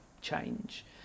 change